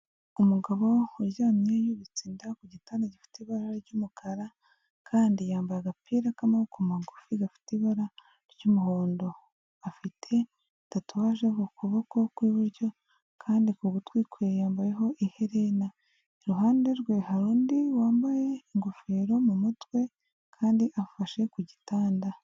Umugabo uryamye yubitse inda ku gitanda gifite ibara ry'umukara, kandi yambaye agapira k'amaboko magufi gafite ibara ry'umuhondo. Afite tatuwage ku kuboko kw'iburyo, kandi ku gutwi kwe yambayeho iherena. Iruhande rwe hari undi wambaye ingofero mu mutwe, kandi afashe ku gitanda.